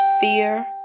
Fear